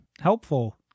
helpful